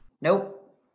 Nope